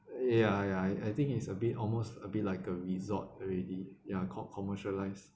ya ya I I think it's a bit almost a bit like a resort already ya called commercialised